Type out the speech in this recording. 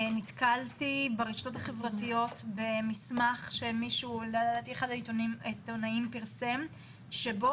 אני נתקלתי ברשתות החברתיות במסמך שלדעתי אחד העיתונאים פרסם שבו